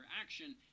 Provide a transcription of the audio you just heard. action